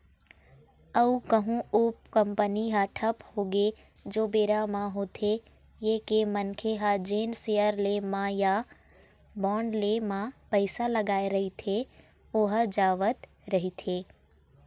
अउ कहूँ ओ कंपनी ह ठप होगे ओ बेरा म होथे ये के मनखे ह जेन सेयर ले म या बांड ले म पइसा लगाय रहिथे ओहा जावत रहिथे